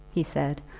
he said,